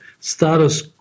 status